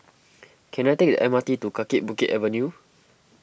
can I take the M R T to Kaki Bukit Avenue